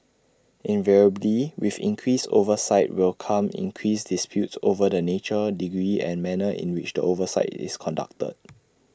invariably with increased oversight will come increased disputes over the nature degree and manner in which the oversight is conducted